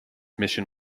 mission